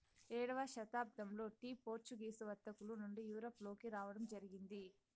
ఏడవ శతాబ్దంలో tea Portuguese వర్తకుల నుండి యూరప్ లోకి రావడం జరిగింది